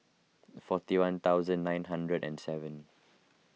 forty one thousand nine hundred and seven